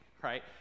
right